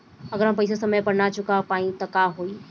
अगर हम पेईसा समय पर ना चुका पाईब त का होई?